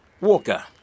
Walker